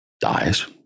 dies